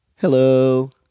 Hello